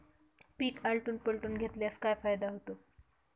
पीक आलटून पालटून घेतल्यास काय फायदा होतो?